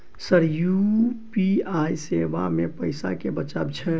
Sir UPI सेवा मे पैसा केँ बचाब छैय?